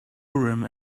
urim